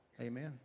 Amen